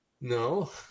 no